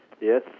Yes